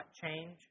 change